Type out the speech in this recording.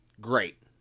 great